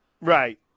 Right